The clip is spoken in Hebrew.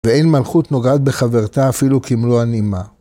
‫ואין מלכות נוגעת בחברתה ‫אפילו כמלוא הנימה.